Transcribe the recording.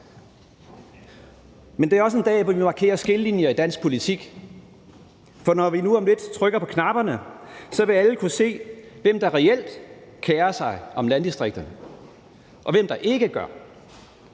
Men det er også en dag, hvor vi markerer skillelinjer i dansk politik. Når vi nu om lidt trykker på afstemningsknapperne, vil alle kunne se, hvem der reelt kerer sig om landdistrikterne, og hvem der ikke gør.